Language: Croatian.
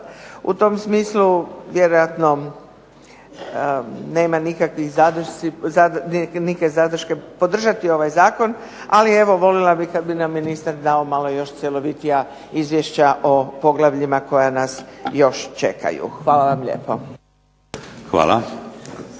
U tom smislu vjerojatno nemam nikakve zadrške podržati ovaj zakon, ali evo voljela bih kad bi nam ministar dao malo još cjelovitija izvješća o poglavljima koja nas još čekaju. Hvala vam lijepo.